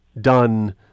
done